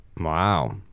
Wow